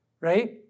right